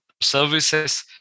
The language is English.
services